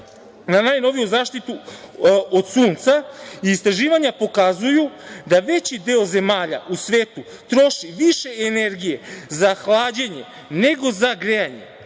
na najnoviju zaštitu od sunca. Istraživanja pokazuju da veći deo zemalja u svetu troši više energije za hlađenje nego za grejanje,